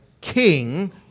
king